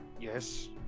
Yes